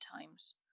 times